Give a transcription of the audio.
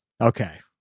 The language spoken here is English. okay